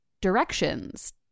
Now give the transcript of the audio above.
directions